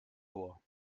vor